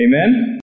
Amen